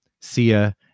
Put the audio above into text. Sia